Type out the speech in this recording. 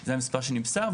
זה המספר שנמסר.